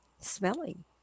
smelling